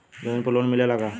जमीन पर लोन मिलेला का?